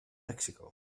mexico